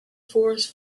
forest